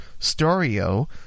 Storio